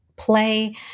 play